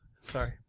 Sorry